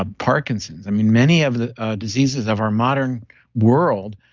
ah parkinson's, i mean many of the diseases of our modern world,